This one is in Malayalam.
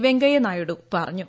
വെങ്കയ്യനായിഡു പറഞ്ഞു